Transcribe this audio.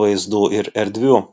vaizdų ir erdvių